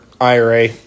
IRA